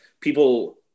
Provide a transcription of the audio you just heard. people